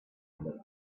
little